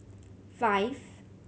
five